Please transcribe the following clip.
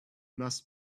must